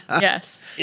Yes